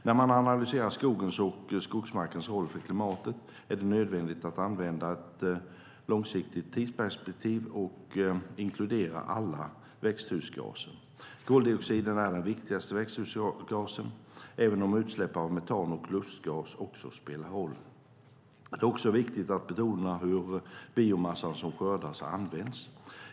När man analyserar skogens och skogsmarkens roll för klimatet är det nödvändigt att använda ett långsiktigt tidsperspektiv och inkludera alla växthusgaser. Koldioxiden är den viktigaste växthusgasen, även om utsläpp av metan och lustgas också spelar roll. Det är också viktigt att beakta hur biomassan som skördas används.